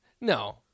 No